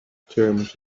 terms